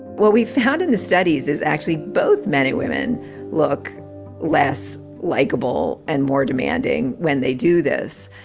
what we've found in the studies, is actually both men and women look less likable and more demanding when they do this,